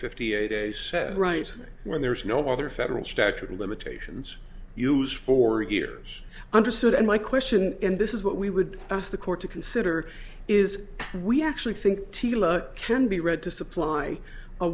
fifty eight right when there is no other federal statute of limitations use four years understood and my question and this is what we would ask the court to consider is we actually think can be read to supply a